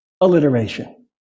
alliteration